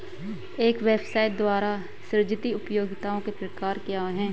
एक व्यवसाय द्वारा सृजित उपयोगिताओं के प्रकार क्या हैं?